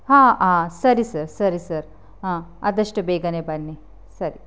ಹಾಂ ಆಂ ಸರಿ ಸರ್ ಸರಿ ಸರ್ ಹಾಂ ಆದಷ್ಟು ಬೇಗನೆ ಬನ್ನಿ ಸರಿ